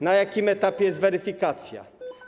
Na jakim etapie jest weryfikacja?